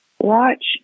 Watch